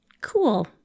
cool